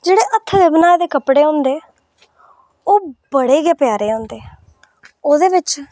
जेह्ड़े हत्थै दे बनाए दे कपड़े होंदे ओह् बड़े गै प्यारे होंदे ओह्दे बिच